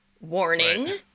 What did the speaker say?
warning